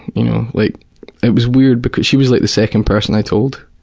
you know, like it was weird, because she was like the second person i told.